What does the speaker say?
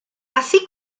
así